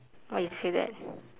why you say that